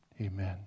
Amen